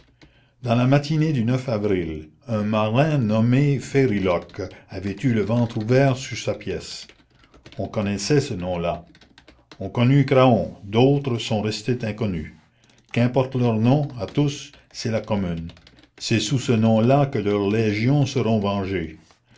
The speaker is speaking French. dans la matinée du avril un marin nommé fériloque avait eu le ventre ouvert sur sa pièce on connaissait ce nom-là on connut craon d'autres sont restés inconnus qu'importe leur nom à tous c'est la commune c'est sous ce nom-là que leurs légions seront vengées